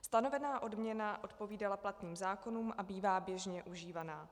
Stanovená odměna odpovídala platným zákonům a bývá běžně užívaná.